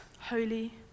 holy